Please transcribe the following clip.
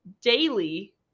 daily –